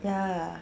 ya